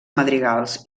madrigals